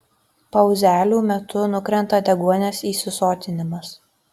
pauzelių metu nukrenta deguonies įsisotinimas